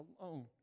alone